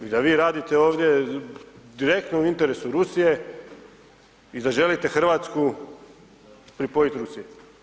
I da vi radite ovdje direktno u interesu Rusije i da želite Hrvatsku pripojiti Rusiji.